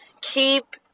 Keep